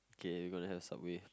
K we going have subway